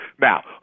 Now